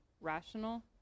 rational